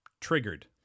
Triggered